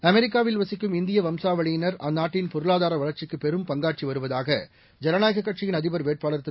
அமெரிக்காவில்வசிக்கும்இந்தியவம்சாவளியினர் அந்நாட்டின்பொருளாதாரவளர்ச்சிக்குபெரும்பங்காற்றிவருவ தாக ஜனநாயகக்கட்சியின்அதிபர்வேட்பாளர்திரு